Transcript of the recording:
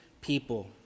people